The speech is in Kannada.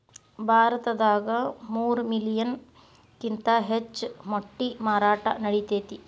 ಭಾರತದಾಗ ಮೂರ ಮಿಲಿಯನ್ ಕಿಂತ ಹೆಚ್ಚ ಮೊಟ್ಟಿ ಮಾರಾಟಾ ನಡಿತೆತಿ